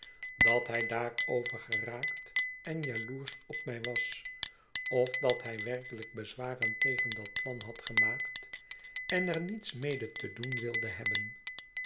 dat hij daarover geraakt en jaloersch op mij was of dat hij werkelijk bezwaren tegen dat plan had gemaakt en er niets mede te doen wildehebben